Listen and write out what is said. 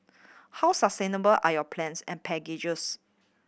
how sustainable are your plans and packages